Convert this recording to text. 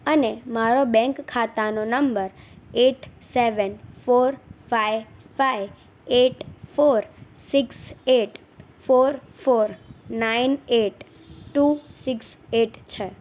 અને મારો બેંક ખાતાનો number eight seven four five five eight four six eight four four nine eight two six eight છે